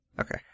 Okay